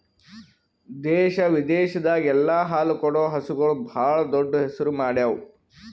ದೇಶ ವಿದೇಶದಾಗ್ ಎಲ್ಲ ಹಾಲು ಕೊಡೋ ಹಸುಗೂಳ್ ಭಾಳ್ ದೊಡ್ಡ್ ಹೆಸರು ಮಾಡ್ಯಾವು